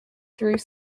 through